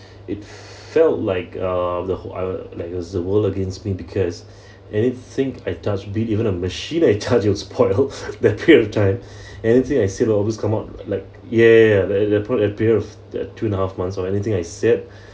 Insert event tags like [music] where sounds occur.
it felt like uh the whole I'll like uh is the world against me because [breath] anything I touched bit even a machine I touched [laughs] it was spoiled that period of time anything I said would always come out like ya the the period period of two and a half months or anything I said [breath]